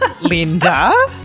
Linda